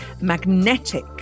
magnetic